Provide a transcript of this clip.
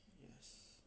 yes